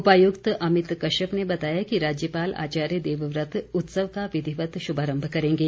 उपायुक्त अमित कश्यप ने बताया कि राज्यपाल आचार्य देवव्रत उत्सव का विधिवत शुभारम्भ करेंगे